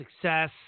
success